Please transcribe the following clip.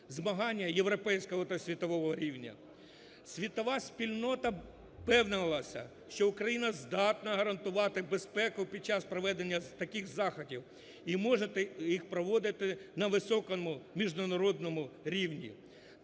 змагання європейського та світового рівня. Світова спільнота впевнилася, що Україна здатна гарантувати безпеку під час проведення таких заходів і може їх проводити на високому міжнародному рівні.